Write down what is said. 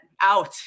out